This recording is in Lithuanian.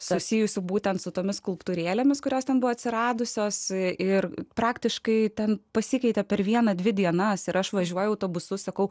susijusių būtent su tomis skulptūrėlėmis kurios ten buvo atsiradusios ir praktiškai ten pasikeitė per vieną dvi dienas ir aš važiuoju autobusu sakau